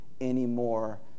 anymore